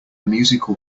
musical